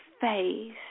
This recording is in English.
face